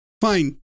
Fine